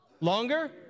Longer